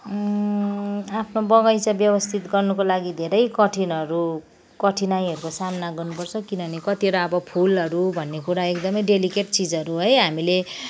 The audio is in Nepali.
आफ्नो बगैँचा व्यवस्थित गर्नुको लागि धेरै कठिनहरू कठिनाइहरूको सामना गर्नुपर्छ किनभने कतिवटा अब फुलहरू भन्ने कुरा एकदमै डेलिकेट चिजहरू है हामीले